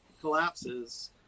collapses